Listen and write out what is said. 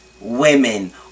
women